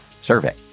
survey